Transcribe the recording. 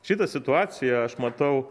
šitą situaciją aš matau